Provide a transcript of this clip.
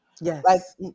Yes